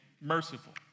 merciful